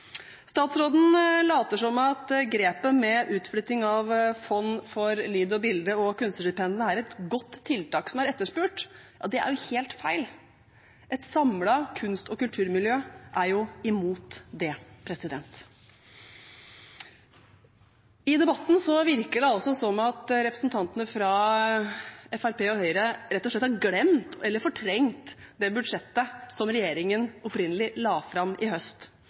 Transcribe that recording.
Statsråden later som om grepet med utflytting av Fond for lyd og bilde og kunstnerstipendene er et godt tiltak som er etterspurt. Det er helt feil. Et samlet kunst- og kulturmiljø er jo imot det. I debatten virker det som om representantene fra Fremskrittspartiet og Høyre rett og slett har glemt – eller fortrengt – det budsjettet som regjeringen opprinnelig la fram i høst.